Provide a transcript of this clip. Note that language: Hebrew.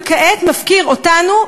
וכעת מפקיר אותנו,